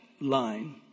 line